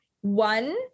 one